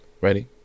Ready